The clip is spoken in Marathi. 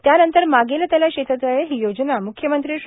त्यानंतर मागेल त्याला शेततळे ही योजना म्ख्यमंत्री श्री